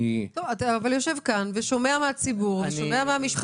אתה יושב כאן ושומע את הציבור ואת המשפחות.